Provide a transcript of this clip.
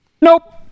Nope